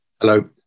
Hello